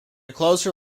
closer